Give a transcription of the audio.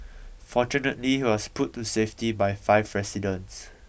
fortunately he was pulled to safety by five residents